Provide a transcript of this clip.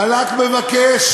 בלק מבקש